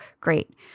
great